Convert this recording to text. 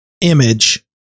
image